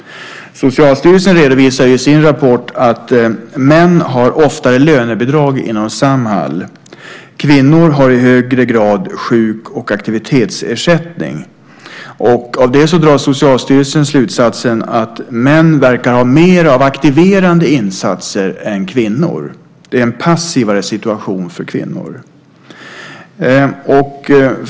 Socialstyrelsen redovisar i sin rapport att män oftare har lönebidrag inom Samhall medan kvinnor i högre grad har sjuk och aktivitetsersättning. Av det drar Socialstyrelsen slutsatsen att män verkar ha mer aktiverande insatser än kvinnor. Insatserna för kvinnorna är passivare.